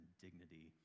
dignity